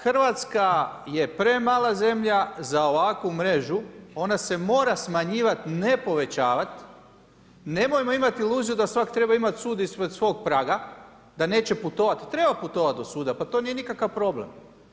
Hrvatska je premala zemlja za ovakvu mrežu ona se mora smanjivat, ne povećavat, nemojmo imati iluziju da svatko treba imat sud ispred svog praga, da neće putovat, pa treba putovat do suda pa to nije nikakav problem.